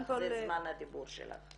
זה זמן הדיבור שלך.